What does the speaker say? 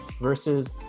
versus